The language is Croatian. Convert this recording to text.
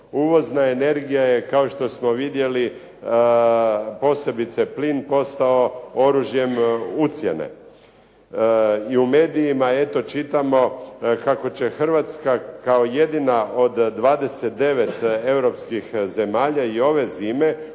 Uvozna energija je kao što smo vidjeli, posebice plin, postao oružjem ucjene. I u medijima eto čitamo kako će Hrvatska kao jedina od 29 europskih zemalja i ove zime